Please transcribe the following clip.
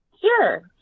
Sure